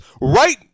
right